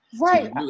Right